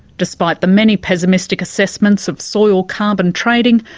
despite the many pessimistic assessments of soil carbon trading,